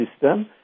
system